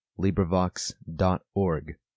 LibriVox.org